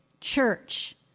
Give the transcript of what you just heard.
church